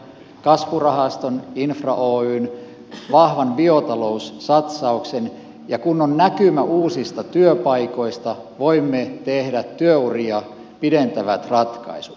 kasvurahaston infra oyn vahvan biotaloussatsauksen ja kun on näkymä uusista työpaikoista voimme tehdä työuria pidentävät ratkaisut